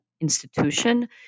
institution